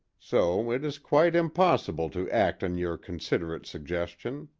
so it is quite impossible to act on your considerate suggestion.